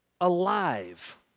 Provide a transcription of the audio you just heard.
alive